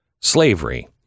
Slavery